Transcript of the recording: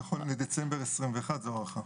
נכון לדצמבר 2021 זו ההערכה.